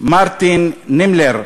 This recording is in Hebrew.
מרטין נימלר,